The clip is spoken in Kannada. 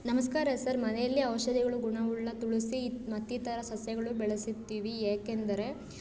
ನಮಸ್ಕಾರ ಸರ್ ಮನೆಯಲ್ಲಿ ಔಷಧಿಗಳ ಗುಣವುಳ್ಳ ತುಳಸಿ ಮತ್ತಿತರ ಸಸ್ಯಗಳು ಬೆಳೆಸುತ್ತೀವಿ ಏಕೆಂದರೆ